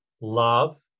love